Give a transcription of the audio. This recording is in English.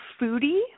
foodie